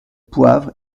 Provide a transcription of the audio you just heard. poivre